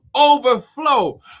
overflow